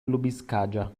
lubiskaja